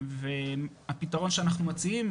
והפתרון שאנחנו מצעים,